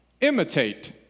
imitate